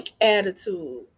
attitude